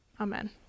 Amen